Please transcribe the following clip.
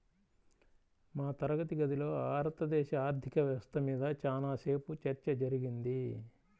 మా తరగతి గదిలో భారతదేశ ఆర్ధిక వ్యవస్థ మీద చానా సేపు చర్చ జరిగింది